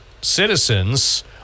citizens